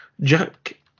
Jack